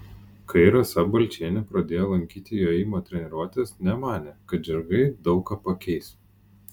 kai rasa balčienė pradėjo lankyti jojimo treniruotes nemanė kad žirgai daug ką pakeis